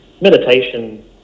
meditation